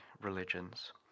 religions